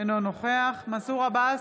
אינו נוכח מנסור עבאס,